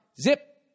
Zip